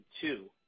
two